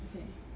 okay